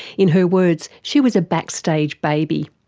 in her words she was a back stage baby.